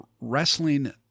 wrestling